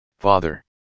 Father